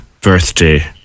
birthday